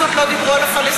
אז עוד לא דיברו על הפלסטינים,